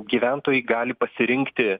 gyventojai gali pasirinkti